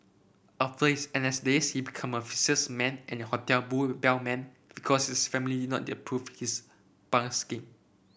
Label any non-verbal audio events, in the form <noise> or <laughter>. after his N S days he became a salesman and hotel bull bellman because his family did not approve his <unintelligible>